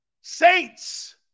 Saints